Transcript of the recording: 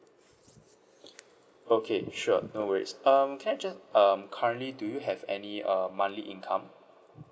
okay sure no worries um can I just um currently do you have any uh monthly income